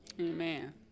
Amen